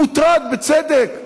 הוא מוטרד, בצדק.